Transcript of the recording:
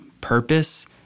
purpose